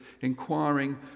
inquiring